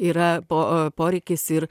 yra po poreikis ir